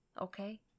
Okay